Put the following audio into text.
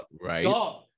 Right